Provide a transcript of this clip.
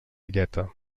illeta